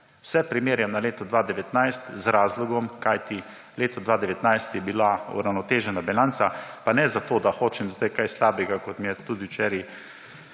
Vse primerjam na leto 2019 z razlogom, kajti leto 2019 je bila uravnotežena bilanca. Pa ne, ker hočem zdaj kaj slabega, kot mi je tudi včeraj